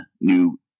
new